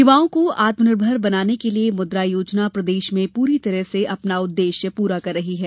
युवाओं को आत्मनिर्भर बनाने के लिये मुद्रा योजना प्रदेश में पूरी तरह से अपना उद्देश्य पूरा कर रही है